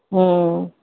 ਹਮ